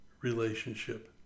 relationship